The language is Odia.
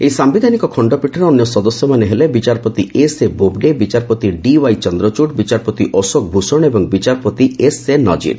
ଏହି ସାୟିଧାନିକ ଖଣ୍ଡପୀଠର ଅନ୍ୟ ସଦସ୍ୟମାନେ ହେଲେ ବିଚାରପତି ଏସ୍ଏବୋବଡେ ବିଚାରପତି ଡିୱାଇ ଚନ୍ଦ୍ରଚୃଡ଼ ବିଚାରପତି ଅଶୋକ ଭୂଷଣ ଏବଂ ବିଚାରପତି ଏସ୍ଏ ନଜିର୍